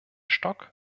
stock